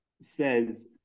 says